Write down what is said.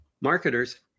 marketers